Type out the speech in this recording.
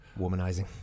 womanizing